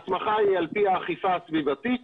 ההסמכה היא על-פי האכיפה הסביבתית.